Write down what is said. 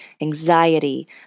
anxiety